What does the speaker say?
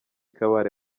kabale